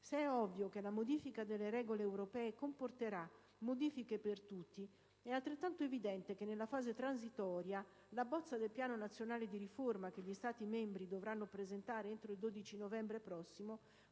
Se è ovvio che la modifica delle regole europee comporterà modifiche per tutti, è altrettanto evidente che, nella fase transitoria, la bozza del Piano nazionale di riforma che gli Stati membri dovranno presentare entro il 12 novembre prossimo